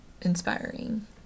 inspiring